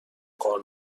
کار